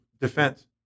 defense